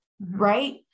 Right